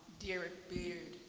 derrick beard,